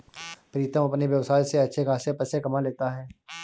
प्रीतम अपने व्यवसाय से अच्छे खासे पैसे कमा लेता है